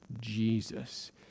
Jesus